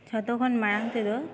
ᱡᱷᱚᱛᱚ ᱠᱷᱚᱱ ᱢᱟᱲᱟᱝ ᱛᱮᱫᱚ